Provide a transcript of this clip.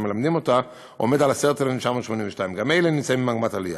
מלמדים אותה הוא 10,982. גם אלו נמצאים במגמת עלייה.